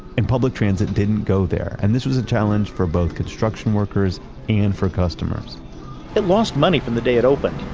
and public transit didn't go there. and this was a challenge for both construction workers and for customers it lost money from the day it opened.